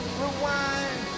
rewind